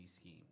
scheme